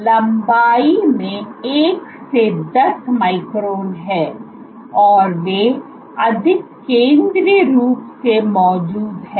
ये लंबाई में 1 से 10 माइक्रोन हैं और वे अधिक केंद्रीय रूप से मौजूद हैं